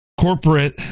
corporate